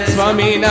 Swami